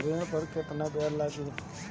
ऋण पर केतना ब्याज लगी?